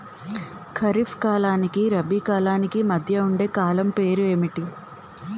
ఖరిఫ్ కాలానికి రబీ కాలానికి మధ్య ఉండే కాలం పేరు ఏమిటి?